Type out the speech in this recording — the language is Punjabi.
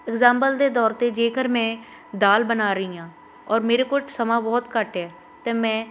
ਇਗਜ਼ੈਂਪਲ ਦੇ ਤੌਰ 'ਤੇ ਜੇਕਰ ਮੈਂ ਦਾਲ ਬਣਾ ਰਹੀ ਹਾਂ ਔਰ ਮੇਰੇ ਕੋਲ ਸਮਾਂ ਬਹੁਤ ਘੱਟ ਹੈ ਅਤੇ ਮੈਂ